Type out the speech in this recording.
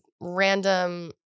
random